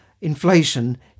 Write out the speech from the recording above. inflation